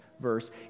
verse